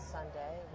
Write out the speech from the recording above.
Sunday